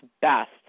best